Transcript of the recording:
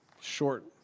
short